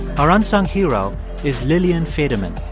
our unsung hero is lillian faderman.